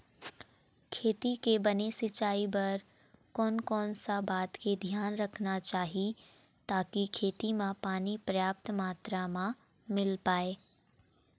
खेती के बने सिचाई बर कोन कौन सा बात के धियान रखना चाही ताकि खेती मा पानी पर्याप्त मात्रा मा मिल पाए?